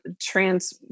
trans